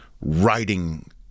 writing